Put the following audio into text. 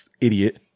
idiot